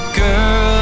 girl